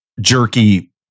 jerky